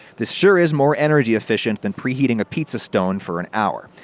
this sure is more energy efficient than preheating a pizza stone for an hour.